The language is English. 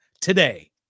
today